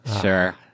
sure